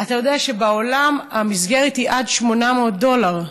אתה יודע שבעולם המסגרת היא עד 800 דולר.